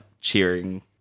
cheering